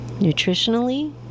nutritionally